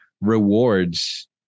rewards